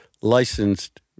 licensed